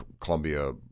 Columbia